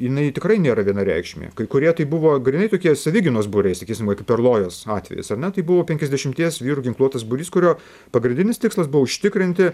jinai tikrai nėra vienareikšmė kai kurie tai buvo grynai tokie savigynos būriai sakysim va perlojos atvejis ar ne tai buvo penkiasdešimties vyrų ginkluotas būrys kurio pagrindinis tikslas buvo užtikrinti